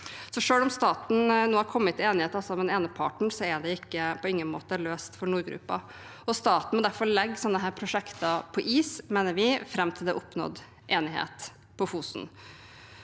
Selv om staten nå har kommet til enighet med den ene parten, er det ikke på noen måte løst for nordgruppen. Staten må derfor legge slike prosjekter på is, mener vi, fram til det er oppnådd enighet på Fosen.